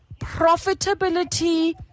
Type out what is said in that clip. profitability